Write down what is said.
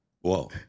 Whoa